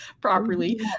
properly